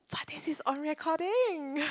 but this is on recording